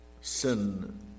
Sin